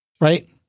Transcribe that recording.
Right